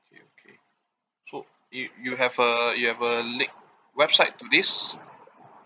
okay so i~ you have a you have a link website to this